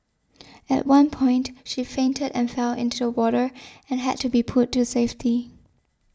at one point she fainted and fell into the water and had to be pulled to safety